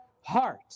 heart